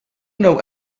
know